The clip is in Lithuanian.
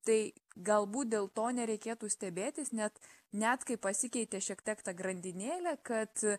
tai galbūt dėl to nereikėtų stebėtis net net kai pasikeitė šiek tiek ta grandinėlė kad